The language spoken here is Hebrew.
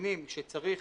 מבינים שצריך